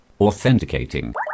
Authenticating